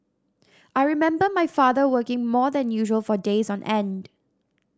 I remember my father working more than usual for days on end